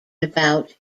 about